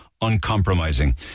uncompromising